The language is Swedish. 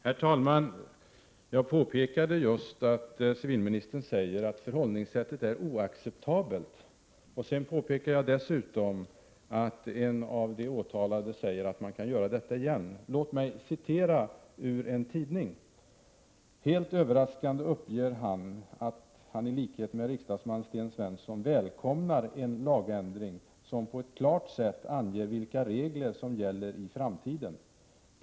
Herr talman! Jag påpekade nyss att civilministern säger att förhållningssättet är oacceptabelt. Dessutom påpekade jag att en av de åtalade menar att han kan göra samma sak om igen. Låt mig citera ur en tidning: ”Helt överraskande uppger han att han i likhet med riksdagsman Sten Svensson välkomnar en lagändring som på ett klart sätt anger vilka regler som gäller i framtiden.